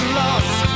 lost